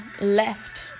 left